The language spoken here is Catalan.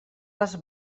les